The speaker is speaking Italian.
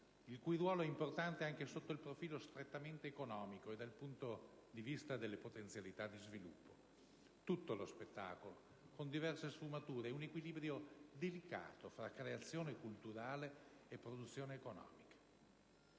il cui ruolo è importante anche sotto il profilo strettamente economico e dal punto di vista delle potenzialità di sviluppo. Tutto lo spettacolo, con diverse sfumature, è un equilibrio delicato tra creazione culturale e produzione economica.